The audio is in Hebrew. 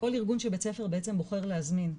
כל ארגון שבית ספר בעצם בוחר להזמין,